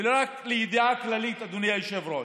ורק לידיעה כללית, אדוני היושב-ראש,